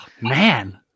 Man